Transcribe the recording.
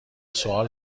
سؤال